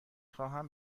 خواهم